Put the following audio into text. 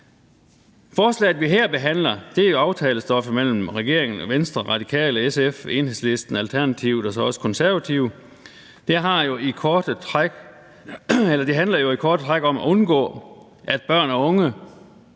Forslaget, vi her behandler, er aftalestof mellem regeringen og Venstre, Radikale, SF, Enhedslisten, Alternativet og så os Konservative. Det handler jo i korte træk om at undgå, at børn og unge